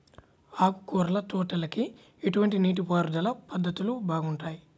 ఆకుకూరల తోటలకి ఎటువంటి నీటిపారుదల పద్ధతులు బాగుంటాయ్?